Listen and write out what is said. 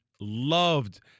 loved